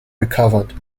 recovered